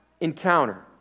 encounter